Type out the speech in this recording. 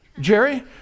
Jerry